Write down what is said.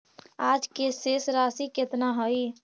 आज के शेष राशि केतना हई?